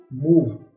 move